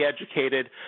educated